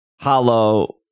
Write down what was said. hollow